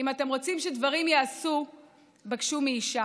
אם אתם רוצים שדברים ייעשו בקשו מאישה.